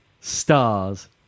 Stars